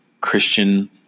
Christian